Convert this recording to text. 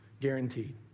guaranteed